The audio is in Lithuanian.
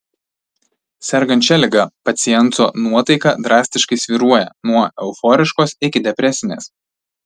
sergant šia liga paciento nuotaika drastiškai svyruoja nuo euforiškos iki depresinės